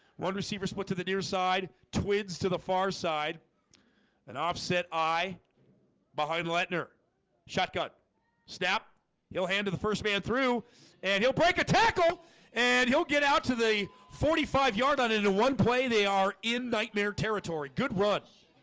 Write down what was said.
one receiver split to the near side twins to the far side and offset eye behind lettner shotgun snap yo hand to the first man through and he'll break a tackle and he'll get out to the forty five yard on it in one play they are in nightmare territory. good run